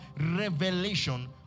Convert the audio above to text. revelation